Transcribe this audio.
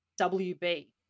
WB